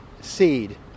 seed